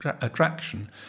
attraction